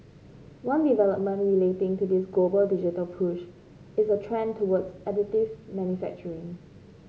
one development relating to this global digital push is a trend towards additive manufacturing